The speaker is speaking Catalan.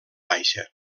baixa